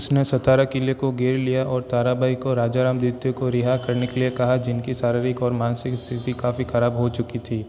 उसने सतारा किले को घेर लिया और ताराबाई को राजाराम द्वितीय को रिहा करने के लिए कहा जिनकी शारीरिक और मानसिक स्थिति काफ़ी खराब हो चुकी थी